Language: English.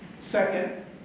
Second